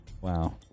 Wow